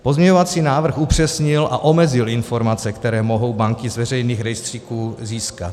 Pozměňovací návrh upřesnil a omezil informace, které mohou banky z veřejných rejstříků získat.